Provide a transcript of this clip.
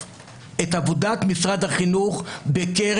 אבל מה שהכי חורה לי זה שמשרד הביטחון לא הכיר